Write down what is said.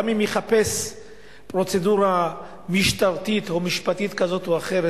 גם אם יחפש פרוצדורה משטרתית או משפטית כזו או אחרת,